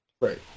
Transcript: Right